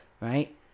Right